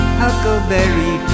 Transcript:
huckleberry